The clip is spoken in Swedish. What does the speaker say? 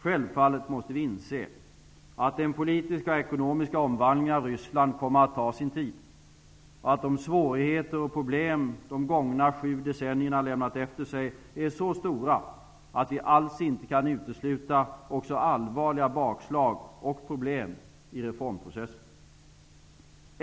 Självfallet måste vi inse att den politiska och ekonomiska omvandlingen av Ryssland kommer att ta sin tid, och att de svårigheter och problem de gångna sju decennierna lämnat efter sig är så stora, att vi alls inte kan utesluta också allvarliga bakslag och problem i reformprocessen.